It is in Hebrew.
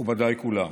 מכובדיי כולם.